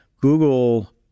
Google